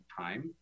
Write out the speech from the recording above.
time